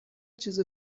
چیز